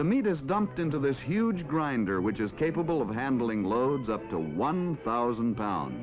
the meat is dumped into this huge grinder which is capable of handling loads up to one thousand pounds